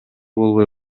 болбой